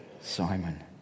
Simon